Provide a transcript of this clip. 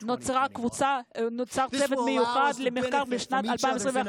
הקונגרס הקים בשנת 2021 צוות עבודה למחקר צבאי משותף.